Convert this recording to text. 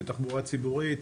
בתחבורה ציבורית,